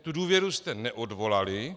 Tu důvěru jste neodvolali.